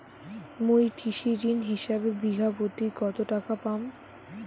মুই কৃষি ঋণ হিসাবে বিঘা প্রতি কতো টাকা পাম?